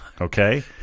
Okay